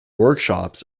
workshops